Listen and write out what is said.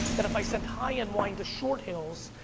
that if i sent high end wine to short hills,